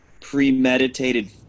premeditated